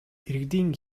иргэдийн